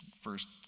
first